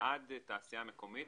בעד תעשייה מקומית,